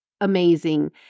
amazing